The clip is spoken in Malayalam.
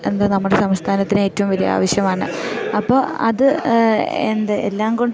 എന്താ നമ്മുടെ സംസ്ഥാനത്തിന് ഏറ്റവും വലിയ ആവശ്യമാണ് അപ്പോൾ അത് എന്താ എല്ലാം കൊണ്ടും